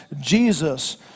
Jesus